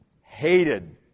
hated